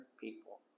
people